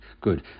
good